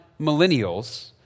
millennials